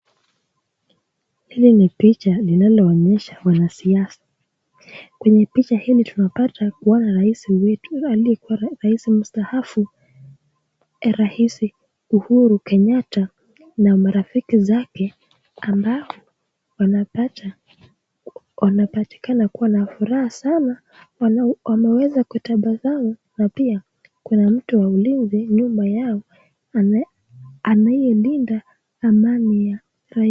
Hili ni picha linaloonyesha wanasiasa. Kwenye vpicha hili tunapata kuona raisi wetu , raisi mstahafu raisi Uhuru Kenyatta na marafiki zake ambao wanapatikana kuwa na furaha sana, wameweza kutabasamu na pia mtu bwa ulinzi nyuma yao ayelinda amani ya rais.